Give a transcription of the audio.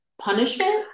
punishment